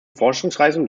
forschungsreisen